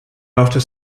after